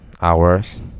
hours